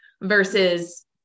versus